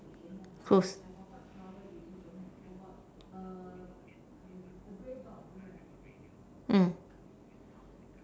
close mm